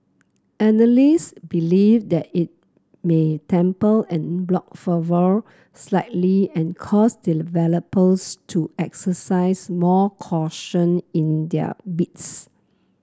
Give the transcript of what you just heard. analyst believe that it may temper en bloc fervour slightly and cause developers to exercise more caution in their bids